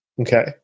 Okay